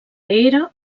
era